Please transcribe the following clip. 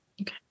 Okay